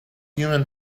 human